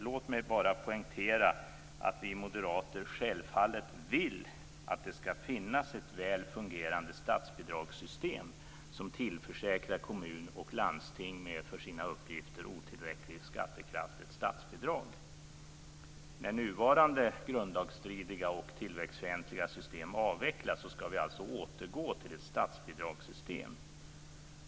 Låt mig bara poängtera att vi moderater självfallet vill att det ska finnas ett väl fungerande statsbidragssystem som tillförsäkrar kommun och landsting med för sina uppgifter otillräcklig skattekraft ett statsbidrag. När nuvarande grundlagsstridiga och tillväxtfientliga system avvecklas ska vi alltså återgå till ett statsbidragssystem.